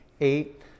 eight